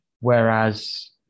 whereas